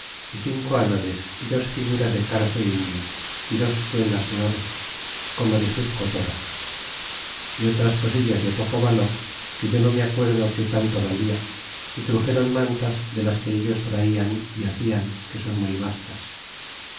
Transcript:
y cinco anades y dos figuras de caras de indios y dos suelas de oro como de sus cotoras y otras cosillas de poco valor que yo no me acuerdo qué tanto valia y truxéron mantas de las que ellos traian y hacian que son muy bastas